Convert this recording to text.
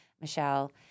Michelle